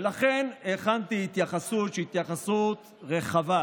ולכן הכנתי התייחסות שהיא התייחסות רחבה.